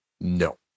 No